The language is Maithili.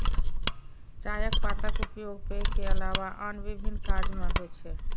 चायक पातक उपयोग पेय के अलावा आन विभिन्न काज मे होइ छै